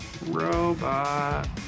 Robot